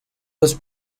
dos